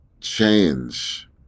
change